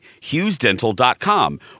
hughesdental.com